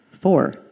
four